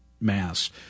mass